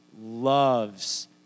loves